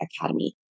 Academy